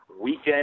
weekend